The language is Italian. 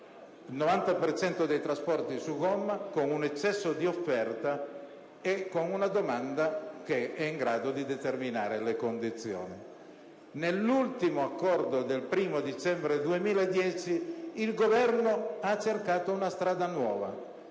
dei trasporti su gomma, con un eccesso di offerta e con una domanda in grado di determinare le condizioni. Nell'ultimo accordo, del 1° dicembre 2009, il Governo ha cercato una strada nuova: